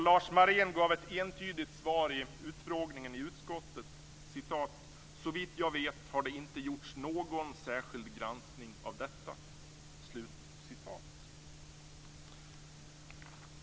Lars Marén gav ett entydigt svar i utfrågningen i utskottet: "Såvitt jag vet har det inte gjorts någon särskild granskning av detta."